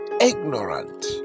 ignorant